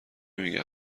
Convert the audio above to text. میگم